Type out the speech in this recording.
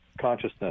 consciousness